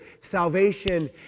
salvation